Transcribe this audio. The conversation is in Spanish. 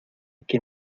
que